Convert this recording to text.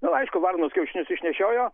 nu aišku varnos kiaušinius išnešiojo